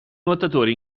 nuotatore